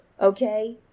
Okay